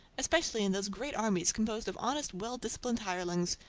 especially in those great armies composed of honest well-disciplined hirelings,